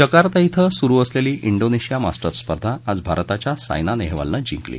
Jakarta इथं सुरु असलेली इंडोनेशिया मास्टर्स स्पर्धा आज भारताच्या सायना नेहवालन जिकली